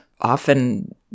often